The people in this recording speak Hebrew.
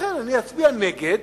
לכן אני אצביע נגד,